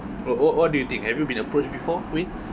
what what do you think have you been approached before wing